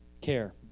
care